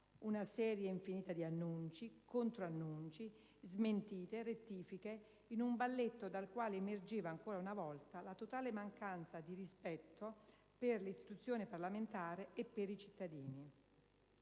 una serie infinita di annunci, controannunci, smentite, rettifiche, in un balletto dal quale è emersa ancora una volta la totale mancanza di rispetto per l'istituzione parlamentare e per i cittadini.